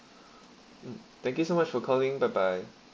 mm thank you so much for calling bye bye